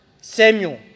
Samuel